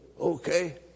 Okay